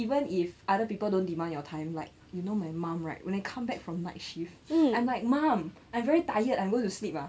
even if other people don't demand your time like you know my mom right when I come back from night shift I'm like mum I very tired I'm going to sleep ah